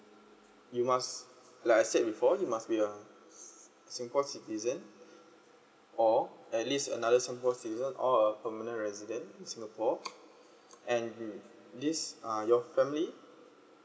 you must like I said before you must be a singapore citizen or at least another singapore citizen or permanent resident in singapore and this uh your family